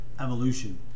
Evolution